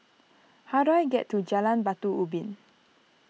how do I get to Jalan Batu Ubin